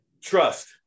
Trust